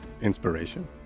inspiration